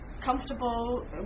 comfortable